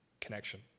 connection